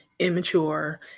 immature